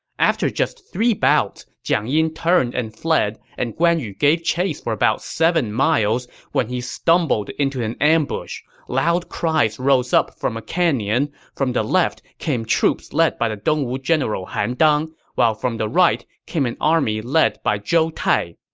after just three bouts, jiang yin turned and fled, and guan yu gave chase for about seven miles when he stumbled into an ambush. loud cries rose up from a canyon. from the left came troops led by the dongwu general han dang, while from the right came an army led by zhou tai.